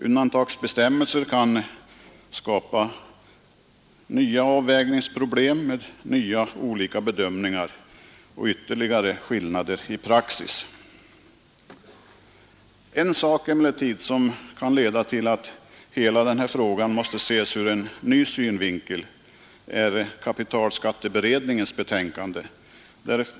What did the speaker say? Undantagsbestämmelser kan skapa nya avvägningsproblem med nya olika bedömningar och ytterligare skillnader i praxis. Något som emellertid kan leda till att hela frågan måste ses ur en ny synvinkel är kapitalskatteberedningens betänkande.